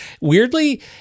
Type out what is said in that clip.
weirdly